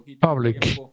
public